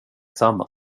samma